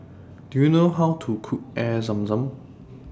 Do YOU know How to Cook Air Zam Zam